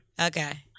Okay